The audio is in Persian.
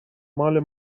مال